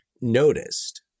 noticed